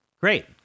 Great